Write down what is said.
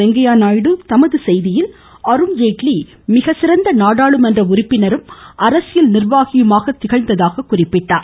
வெங்கய்யநாயுடு தமது செய்தியில் அருண்ஜேட்லி மிகச்சிறந்த நாடாளுமன்ற உறுப்பினரும் அரசியல் நிர்வாகியுமாக திகழ்ந்ததாக கூறியுள்ளார்